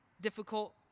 difficult